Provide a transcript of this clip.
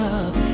Love